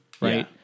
Right